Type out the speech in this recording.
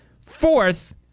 fourth